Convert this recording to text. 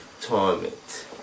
torment